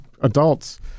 adults